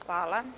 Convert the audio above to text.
Hvala.